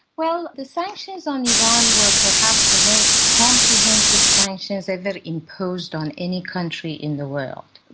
well, the sanctions on iran were perhaps the most comprehensive sanctions ever imposed on any country in the world.